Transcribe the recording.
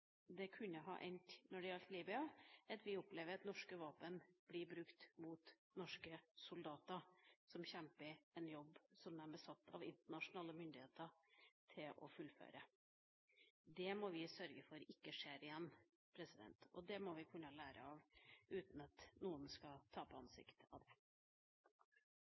det kunne ha endt når det gjaldt Libya, med at vi opplever at norske våpen blir brukt mot norske soldater som kjemper og gjør en jobb som de har blitt satt til å fullføre av internasjonale myndigheter. Det må vi sørge for ikke skjer igjen, og det må vi kunne lære av uten av noen skal tape ansikt.